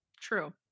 true